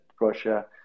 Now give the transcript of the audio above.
Russia